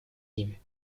ними